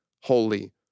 holy